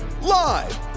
live